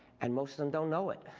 and most of them don't know it.